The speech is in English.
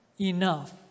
enough